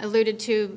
alluded to